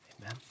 amen